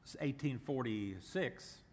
1846